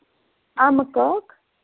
اَمہٕ کاک